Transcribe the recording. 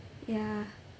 ya